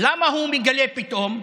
למה הוא מגלה פתאום?